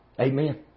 Amen